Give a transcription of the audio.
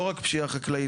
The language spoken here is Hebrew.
זה לא רק פשיעה חקלאית,